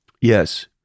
Yes